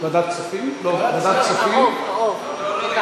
ועדת ערו"ב, עבודה, רווחה ובריאות.